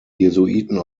jesuiten